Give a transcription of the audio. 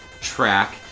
track